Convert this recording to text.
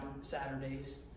Saturdays